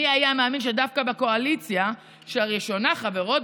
"מי היה מאמין שדווקא בקואליציה שלראשונה חברות